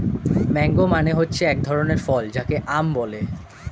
mango মানে হচ্ছে এক ধরনের ফল যাকে আম বলে